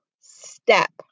step